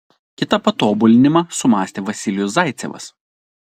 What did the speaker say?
kitą patobulinimą sumąstė vasilijus zaicevas